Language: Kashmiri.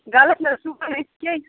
غلط نہٕ حظ سُوو نہٕ أسۍ کیٚنٛہہ